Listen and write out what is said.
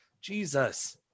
Jesus